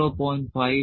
0